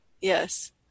Yes